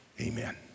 Amen